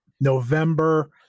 November